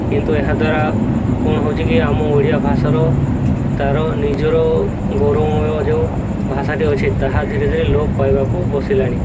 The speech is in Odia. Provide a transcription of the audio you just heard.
କିନ୍ତୁ ଏହାଦ୍ୱାରା କଣ ହେଉଛି କି ଆମ ଓଡ଼ିଆ ଭାଷାର ତା'ର ନିଜର ଗୌରବମୟ ଯେଉଁ ଭାଷାଟି ଅଛି ତାହା ଧୀରେ ଧୀରେ ଲୋପ ପାଇବାକୁ ବସିଲାଣି